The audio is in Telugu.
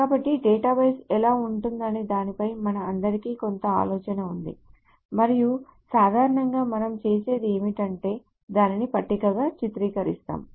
కాబట్టి డేటాబేస్ ఎలా ఉంటుందనే దానిపై మనందరికీ కొంత ఆలోచన ఉంది మరియు సాధారణంగా మనం చేసేది ఏమిటంటే దానిని పట్టికగా చిత్రీకరిస్తాము